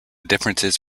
differences